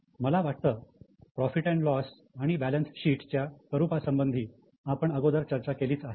मला वाटतं profit and loss आणि बॅलन्स शीट च्या स्वरूपासंबंधी आपण अगोदर चर्चा केलीच आहे